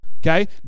Okay